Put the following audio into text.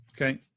Okay